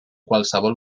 qualsevol